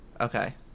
Okay